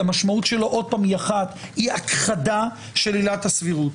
והמשמעות שלו היא אחת היא הכחדה של עילת הסבירות.